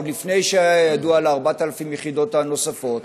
עוד לפני שהיה ידוע על 4,000 היחידות הנוספות.